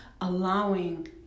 allowing